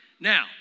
Now